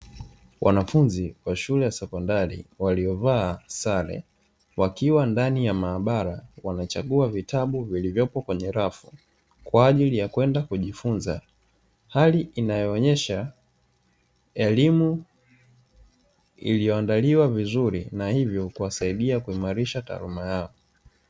Wanafunzi wa shule ya sekondari waliovaa sare wakiwa ndani ya maabara wanachagua vitabu vilivyopo kwenye rafu kwa ajili ya kwenda kujifunza, hali inayoonyesha elimu iliyoandaliwa vizuri na hivyo kuwasadia kuimarisha taaluma yao.